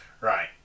Right